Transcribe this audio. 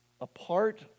Apart